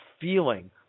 feeling